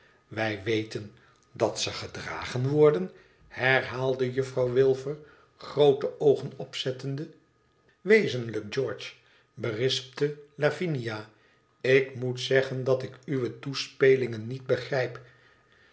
wij weten dat ze gedragen worden herhaalde juffrouw wilfer groote oogen opzettende wezenlijk george berispte lavinia ik moet zeggen dat ik uwe toespelingen niet begrijp